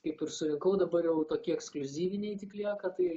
kaip ir surinkau dabar jau tokie ekskliuzyviniai tik lieka tai